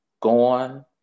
gone